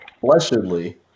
blessedly